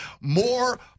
more